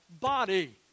body